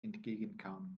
entgegenkam